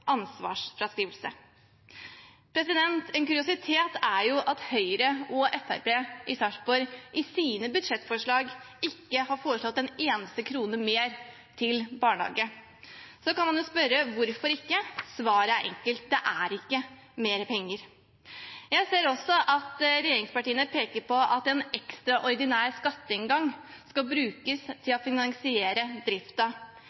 En kuriositet er jo at Høyre og Fremskrittspartiet i Sarpsborg i sine budsjettforslag ikke har foreslått en eneste krone mer til barnehage. Så kan man spørre: Hvorfor ikke? Svaret er enkelt. Det er ikke mer penger. Jeg ser også at regjeringspartiene peker på at en ekstraordinær skatteinngang skal brukes til